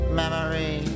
memory